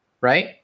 right